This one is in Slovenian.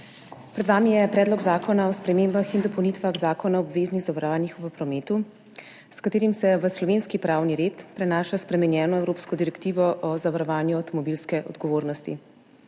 Pred vami je Predlog zakona o spremembah in dopolnitvah Zakona o obveznih zavarovanjih v prometu, s katerim se v slovenski pravni red prenaša spremenjeno evropsko direktivo o zavarovanju avtomobilske odgovornosti.